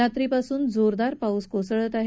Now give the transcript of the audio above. रात्री पासून जोरदार पाऊस कोसळत आहे